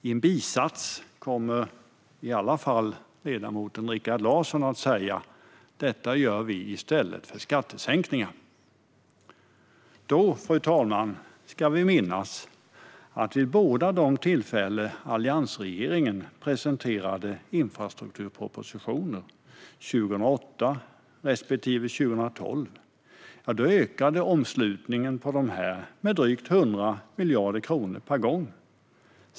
I en bisats kommer i alla fall ledamoten Rikard Larsson att säga: Detta gör vi i stället för skattesänkningar. Då, fru talman, ska vi minnas att vid båda de tillfällen då alliansregeringen presenterade infrastrukturpropositioner, 2008 respektive 2012, ökade omslutningen på dessa med drygt 100 miljarder kronor per gång.